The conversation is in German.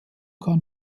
kann